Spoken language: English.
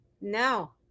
No